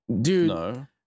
Dude